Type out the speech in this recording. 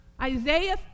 Isaiah